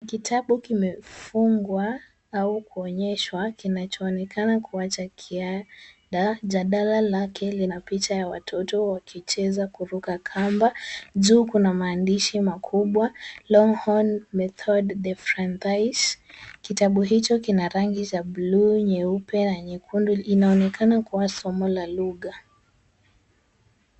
Kitabu kimefungwa au kuonyeshwa kinachoonekana kuwacha kia ya jalada lake. Na picha ya watoto wakicheza kutoka kamba juu kuna maandishi makubwa Longhorn Methode de francais . kitabu hicho kina rangi za buluu nyeupe na nyekundu. Inaonekana kuwa somo la lugha.